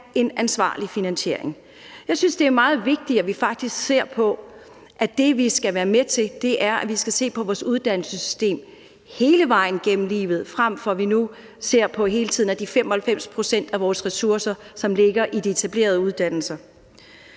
en ansvarlig finansiering. Jeg synes, det er meget vigtigt, at vi faktisk ser på, at det, vi skal være med til, er, at vi skal se på vores uddannelsessystem hele vejen gennem livet, frem for at vi – som nu – hele tiden ser på de 95 pct. af vores ressourcer, som ligger i de etablerede uddannelser.